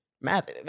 math